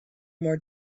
more